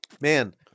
Man